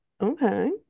okay